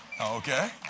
Okay